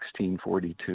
1642